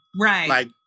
Right